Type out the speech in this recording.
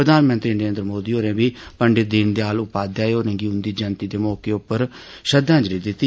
प्रधानमंत्री नरेन्द्र मोदी होरें बी पंडित दीनदयाल उपाध्याय होरें गी उन्दी जयंति दे मौके उप्पर श्रद्धांजलि दिती